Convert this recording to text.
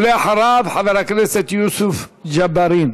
ולאחריו, חבר הכנסת יוסף ג'בארין.